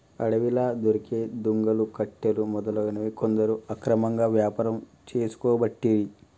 అడవిలా దొరికే దుంగలు, కట్టెలు మొదలగునవి కొందరు అక్రమంగా వ్యాపారం చేసుకోబట్టిరి